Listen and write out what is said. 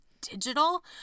digital